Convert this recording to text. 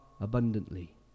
Abundantly